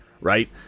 right